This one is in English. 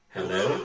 Hello